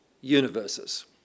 universes